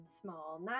small